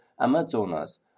Amazonas